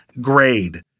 grade